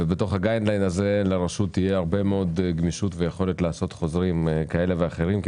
ובתוכו לרשות תהיה הרבה מאוד גמישות ויכולת לעשות חוזרים כאלה ואחרים,